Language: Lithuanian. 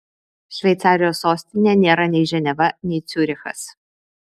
šveicarijos sostinė nėra nei ženeva nei ciurichas